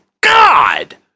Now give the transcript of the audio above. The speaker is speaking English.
God